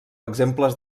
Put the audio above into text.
exemples